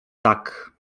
tak